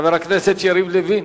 חבר הכנסת יריב לוין.